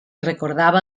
recordava